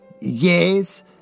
Yes